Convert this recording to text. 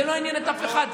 זה לא עניין את אף אחד.